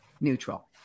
neutral